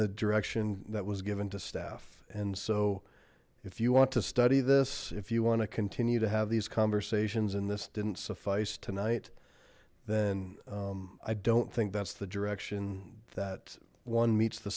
the direction that was given to staff and so if you want to study this if you want to continue to have these conversations and this didn't suffice tonight then i don't think that's the direction that one meets the